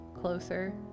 closer